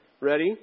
Ready